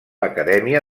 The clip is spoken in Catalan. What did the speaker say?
acadèmia